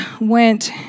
went